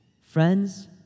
Friends